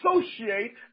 associate